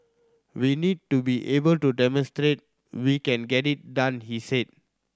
we need to be able to demonstrate we can get it done he said